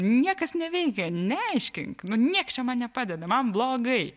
niekas neveikia neaiškink nu nieks čia man nepadeda man blogai